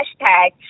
hashtag